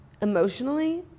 emotionally